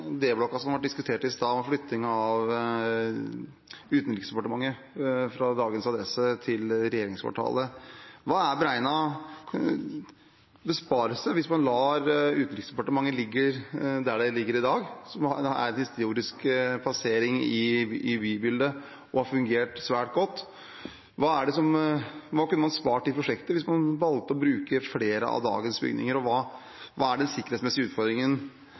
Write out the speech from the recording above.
som ble diskutert i stad, og flyttingen av Utenriksdepartementet fra dagens adresse til regjeringskvartalet: Hva er beregnet besparelse hvis man lar Utenriksdepartementet ligge der det ligger i dag, som er en historisk plassering i bybildet, og som har fungert svært godt? Hva kunne man spart i prosjektet hvis man valgte å bruke flere av dagens bygninger? Og hva er den sikkerhetsmessige utfordringen